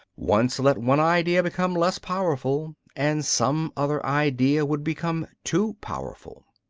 once let one idea become less powerful and some other idea would become too powerful.